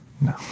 No